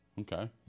Okay